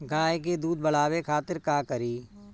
गाय के दूध बढ़ावे खातिर का करी?